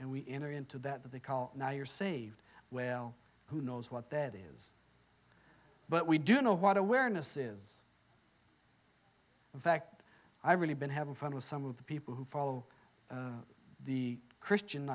and we enter into that that they call now you're saved well who knows what that is but we do know what awareness is in fact i've really been having fun with some of the people who follow the christian